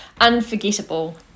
Unforgettable